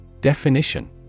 DEFINITION